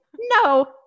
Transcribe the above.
No